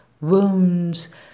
wounds